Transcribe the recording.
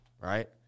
right